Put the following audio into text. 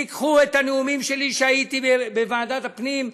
תיקחו את הנאומים שלי כשהייתי בוועדת הפנים,